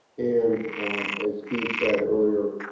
and as steve said earlier,